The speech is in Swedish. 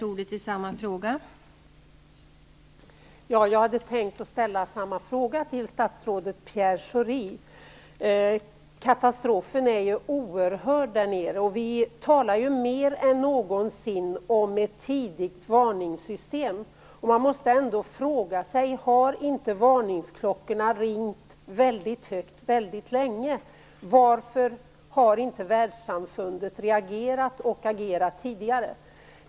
Fru talman! Jag hade tänkt ställa samma fråga till statsrådet Pierre Schori. Katastrofen där nere är oerhörd. Vi talar mer än någonsin om ett tidigt varningssystem. Man måste ändå fråga sig om inte varningsklockorna har ringt väldigt högt väldigt länge. Varför har inte världssamfundet reagerat och agerat tidigare?